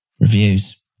Reviews